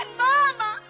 mama